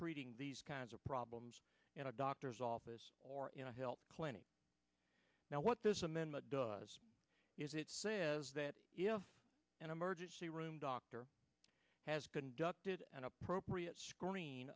treating these kinds of problems in a doctor's office or in a health clinic now what this amendment does is it says that if an emergency room doctor has conducted an appropriate screen